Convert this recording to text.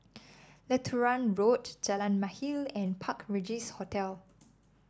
Lutheran Road Jalan Mahir and Park Regis Hotel